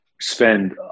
spend